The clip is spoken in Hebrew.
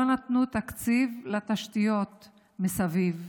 לא נתנו תקציב לתשתיות מסביב.